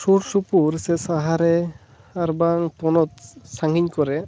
ᱥᱩᱨ ᱥᱩᱯᱩᱨ ᱥᱮ ᱥᱟᱦᱟ ᱨᱮ ᱟᱨ ᱵᱟᱝ ᱯᱚᱱᱚᱛ ᱥᱟᱺᱜᱤᱧ ᱠᱚᱨᱮ